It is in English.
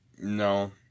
No